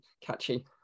catchy